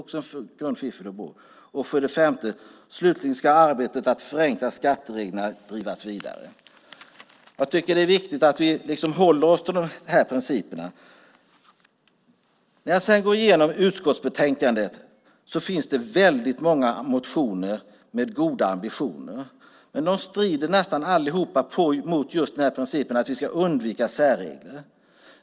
Vidare ska arbetet med att förenkla skattereglerna drivas vidare. Jag tycker att det är viktigt att vi håller oss till dessa principer. När jag går igenom utskottsbetänkandet finns det väldigt många motioner med goda ambitioner, men de strider nästan allihop mot just den här principen om att vi ska undvika särregler.